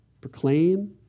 proclaim